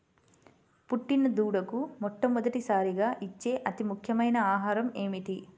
పుట్టిన దూడకు మొట్టమొదటిసారిగా ఇచ్చే అతి ముఖ్యమైన ఆహారము ఏంటి?